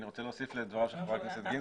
אני רוצה להוסיף לדבריו של חבר הכנסת גינזבורג